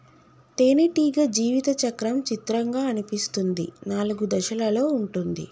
తేనెటీగ జీవిత చక్రం చిత్రంగా అనిపిస్తుంది నాలుగు దశలలో ఉంటుంది